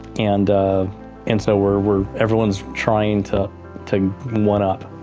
and and so we're we're everyone's trying to to one up,